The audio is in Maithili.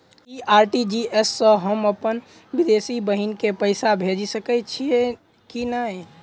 सर आर.टी.जी.एस सँ हम अप्पन विदेशी बहिन केँ पैसा भेजि सकै छियै की नै?